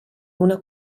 una